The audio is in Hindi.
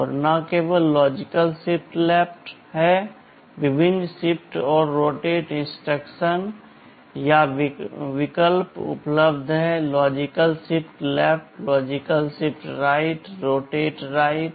और न केवल लॉजिकल शिफ्ट लेफ्ट है विभिन्न शिफ्ट और रोटेट इंस्ट्रक्शन या विकल्प उपलब्ध हैं logical shift left logical shift right rotate right